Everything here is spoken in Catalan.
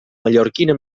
mallorquina